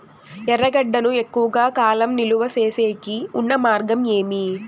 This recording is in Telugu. ఎర్రగడ్డ ను ఎక్కువగా కాలం నిలువ సేసేకి ఉన్న మార్గం ఏమి?